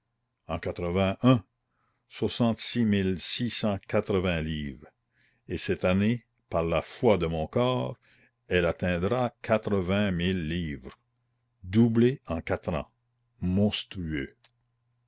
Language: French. soixante-six mille six cent quatre-vingts livres et cette année par la foi de mon corps elle atteindra quatre-vingt mille livres doublée en quatre ans monstrueux